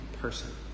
person